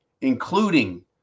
including